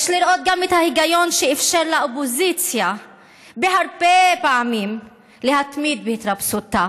יש לראות גם את ההיגיון שאפשר לאופוזיציה הרבה פעמים להתמיד בהתרפסותה,